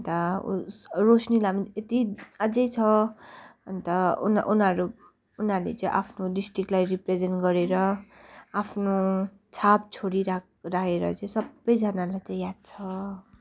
अन्त उस रोशनी लामा यत्ति अझै छ अन्त उनी उनीहरू उनीहरूले चाहिँ आफ्नो डिस्ट्रिक्टलाई रिप्रेजेन्ट गरेर आफ्नो छाप छोडी राखिराखेर चाहिँ सबैजनालाई त्यो याद छ